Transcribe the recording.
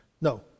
No